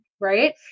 right